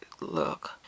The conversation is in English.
Look